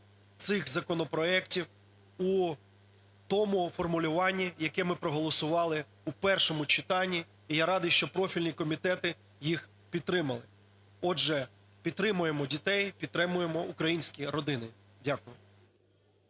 цих законопроектів у тому формулюванні, яке ми проголосували у першому читанні, і я радий, що профільні комітети їх підтримали. Отже, підтримаємо дітей, підтримаємо українські родини. Дякую.